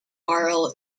barrel